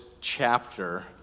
chapter